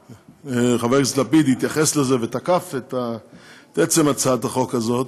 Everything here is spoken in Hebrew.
חבר הכנסת לפיד התייחס לזה ותקף את עצם הצעת החוק הזאת,